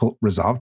resolved